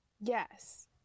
Yes